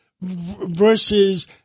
versus